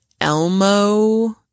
elmo